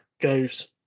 goes